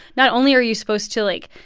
not only are you supposed to, like,